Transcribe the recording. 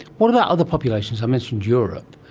what about other populations? i mentioned europe,